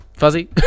Fuzzy